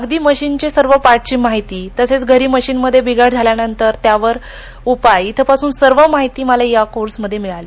अगदी मशीनचे सर्व पार्टची माहिती तसेच घरी मशीनमध्ये बिघाड झाल्यावर त्यावर उपाय इथपासून सर्व माहिती मला या कोर्समध्ये मिळाली